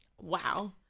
Wow